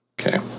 Okay